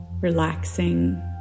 relaxing